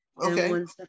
okay